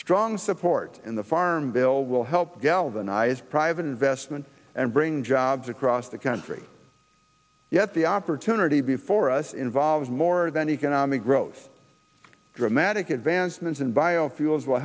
strong support in the farm bill will help galvanize private investment and bring jobs across the country yet the opportunity before us involves more than economic growth dramatic advancements and biofuels will